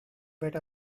better